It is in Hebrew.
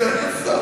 אדוני סגן השר.